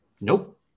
Nope